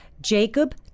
Jacob